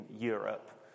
Europe